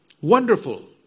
Wonderful